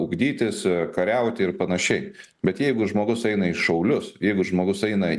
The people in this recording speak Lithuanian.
ugdytis kariauti ir panašiai bet jeigu žmogus eina į šaulius jeigu žmogus eina